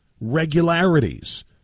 regularities